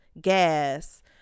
gas